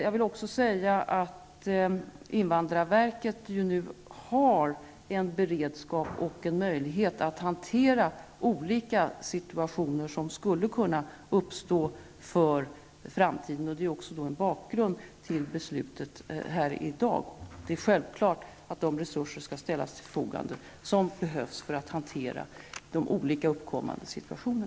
Jag vill också säga att invandrarverket nu har en beredskap och en möjlighet att hantera de olika situationer som skulle kunna uppstå i framtiden. Det är också en bakgrund till beslutet här i dag. Det är självklart att de resurser skall ställas till förfogande som behövs när det gäller att hantera olika uppkommande situationer.